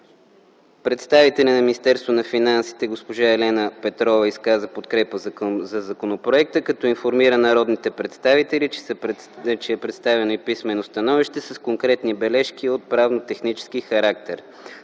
Представителят на Министерството на финансите госпожа Елена Петрова изказа подкрепа за законопроекта, като информира народните представители, че е представено писмено становище с конкретни бележки от правно-технически характер.